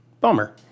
bummer